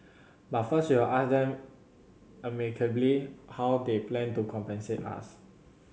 but first we will ask them amicably how they plan to compensate us